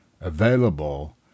Available